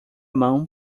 mão